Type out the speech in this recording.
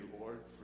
Lord